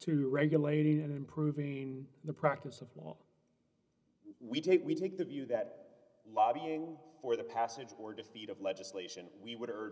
to regulating and improving the practice of law we take we take the view that lobbying for the passage or defeat of legislation we w